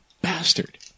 bastard